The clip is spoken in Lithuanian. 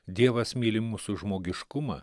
dievas myli mūsų žmogiškumą